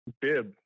bib